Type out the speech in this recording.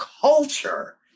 culture